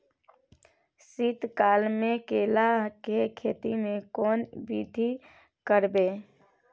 शीत काल मे केला के खेती में केना वृद्धि करबै?